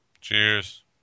Cheers